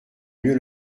mieux